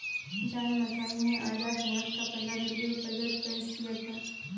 John Mathai ने आजाद भारत का पहला रेलवे बजट पेश किया था